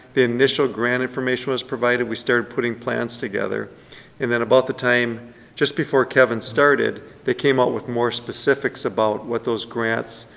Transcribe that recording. the initial grant information was provided. we started putting plans together and then about the time just before kevin started, they came out with more specifics about what those grants,